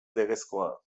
legezkoa